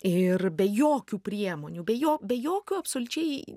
ir be jokių priemonių be jo be jokių absoliučiai